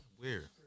weird